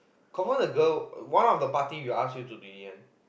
confirm the girl one of the party will ask you to delete one